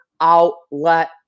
Outlet